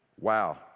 Wow